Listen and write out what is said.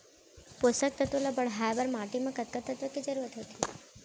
पोसक तत्व ला बढ़ाये बर माटी म कतका तत्व के जरूरत होथे?